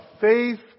faith